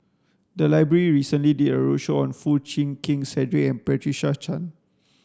the library recently did a roadshow on Foo Chee Keng Cedric and Patricia Chan